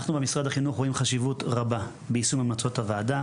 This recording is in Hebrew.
אנחנו במשרד החינוך רואים חשיבות רבה ביישום המלצות הוועדה,